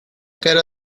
cara